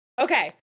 Okay